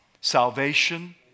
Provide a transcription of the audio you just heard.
Salvation